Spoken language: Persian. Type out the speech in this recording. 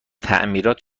تعمیرات